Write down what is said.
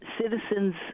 citizens